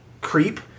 creep